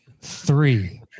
three